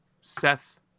Seth